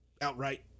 outright